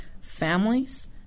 families